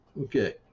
Okay